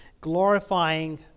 glorifying